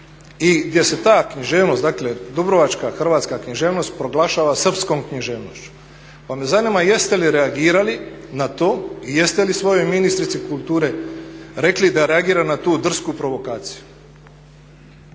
i gdje se ta književnost, dakle dubrovačka hrvatska književnost proglašava srpskom književnošću. Pa me zanima jeste li reagirali na to i jeste li svojoj ministrici kulture rekli da reagira na tu drsku provokaciju?